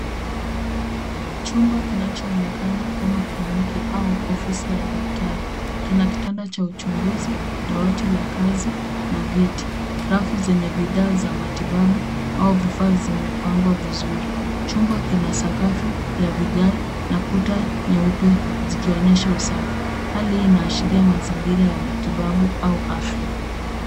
Chumba kinachoonekana kama kliniki au ofisi ya daktari. Kina kitanda cha uchunguzi, dawati la kazi, na vyeti. Rafu zenye bidhaa za matibabu, au vifaa zimepangwa vizuri. Chumba kina sakafu ya vigae, na kuta nyeupe, zikionyesha usafi. Hali hii inaashiria mazingira ya matibabu au afya.